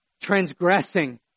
Transgressing